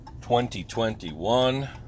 2021